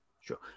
Sure